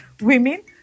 women